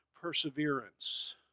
perseverance